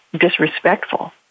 disrespectful